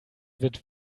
wird